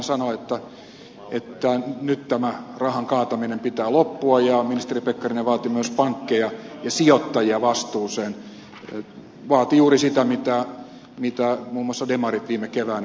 siinä hän sanoi että nyt tämän rahan kaatamisen pitää loppua ja ministeri pekkarinen vaati myös pankkeja ja sijoittajia vastuuseen vaati juuri sitä mitä muun muassa demarit viime keväänä vaativat